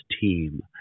team